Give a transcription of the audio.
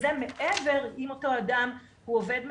וזה מעבר אם אותו אדם הוא עובד מדינה,